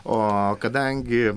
o kadangi